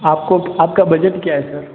आपको आपका बजट क्या है सर